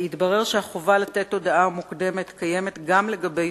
שחובת ההודעה המוקדמת קיימת גם לגבי